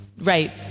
Right